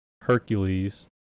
Hercules